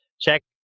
check